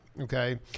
Okay